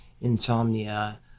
insomnia